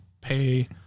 pay